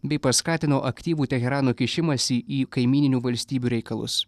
bei paskatino aktyvų teherano kišimąsi į kaimyninių valstybių reikalus